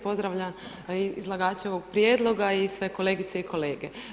Pozdravljam izlagače ovog prijedloga i sve kolegice i kolege.